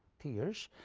tiers,